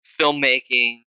filmmaking